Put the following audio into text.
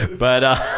but,